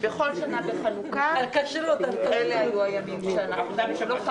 ובכל שנה בחנוכה אלה היו הימים והשעות.